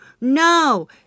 No